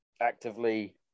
actively